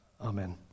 Amen